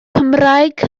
cymraeg